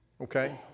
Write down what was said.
Okay